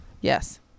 yes